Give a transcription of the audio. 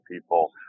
people